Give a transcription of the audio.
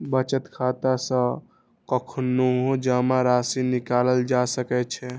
बचत खाता सं कखनहुं जमा राशि निकालल जा सकै छै